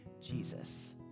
Jesus